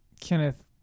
Kenneth